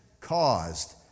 caused